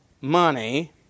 money